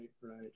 right